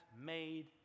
made